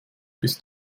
bist